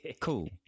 cool